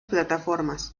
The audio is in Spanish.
plataformas